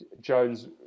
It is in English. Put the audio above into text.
Jones